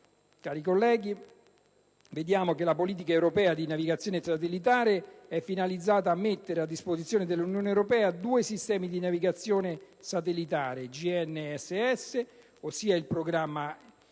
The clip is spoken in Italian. cari colleghi, vediamo che la politica europea di navigazione satellitare è finalizzata a mettere a disposizione dell'Unione europea due sistemi di navigazione satellitare GNSS (**Global**